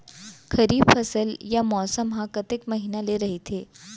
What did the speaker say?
खरीफ फसल या मौसम हा कतेक महिना ले रहिथे?